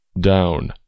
Down